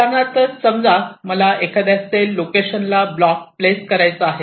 उदाहरणार्थ समजा मला एखाद्या सेल लोकेशन ला ब्लॉक प्लेस करायचा आहे